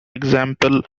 example